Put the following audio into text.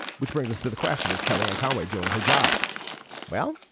which brings us to the question is kellyanne conway doing her job well.